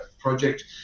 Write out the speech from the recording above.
project